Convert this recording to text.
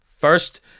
first